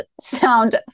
sound